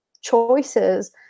choices